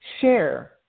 share